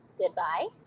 goodbye